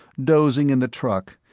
dozing in the truck,